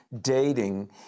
dating